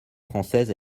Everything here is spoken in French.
française